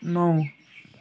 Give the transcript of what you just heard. नौ